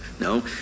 No